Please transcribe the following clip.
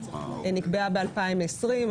ונקבעה ב-2020.